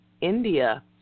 India